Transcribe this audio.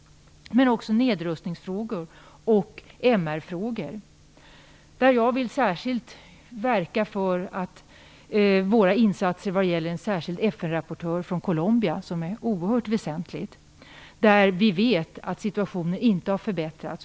Vi kan också driva krav när det gäller nedrustningsfrågor och frågor om mänskliga rättigheter, MR-frågor. Jag vill särskilt verka för insatser för att få en särskild FN-rapportör från Colombia. Det är oerhört väsentligt. Vi vet ju att situationen i Colombia inte har förbättrats.